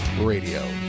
Radio